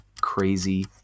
Crazy